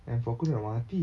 handphone aku dah nak mati